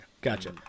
gotcha